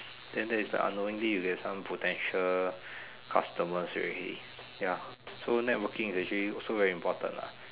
then there is the unknowingly you can get some potential customer already ya so networking is actually also very important lah